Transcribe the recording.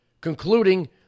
concluding